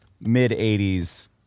mid-80s